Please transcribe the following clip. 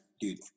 dude